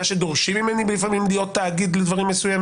שדורשים ממני לפעמים להיות תאגיד לדברים מסוים